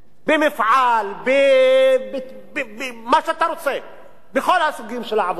במפעל, במה שאתה רוצה, בכל הסוגים של העבודה,